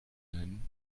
nennen